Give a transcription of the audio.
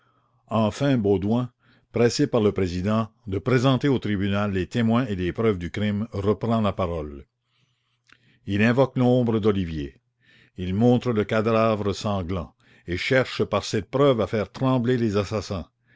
enfin baudouin pressé par le président de présenter au tribunal les témoins et les preuves du crime reprend la parole il invoque l'ombre d'olivier il montre le cadavre sanglant et cherche par cette preuve à faire trembler les assassins